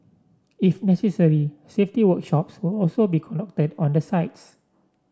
if necessary safety workshops will also be conducted on the sites